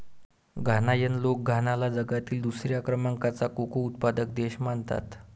घानायन लोक घानाला जगातील दुसऱ्या क्रमांकाचा कोको उत्पादक देश म्हणतात